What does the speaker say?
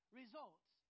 results